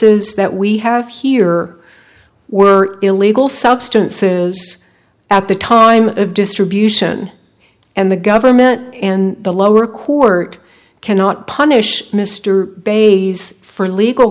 s that we have here were illegal substances at the time of distribution and the government and the lower court cannot punish mr babies for legal